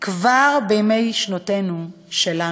כבר בימי שנותינו-שלנו.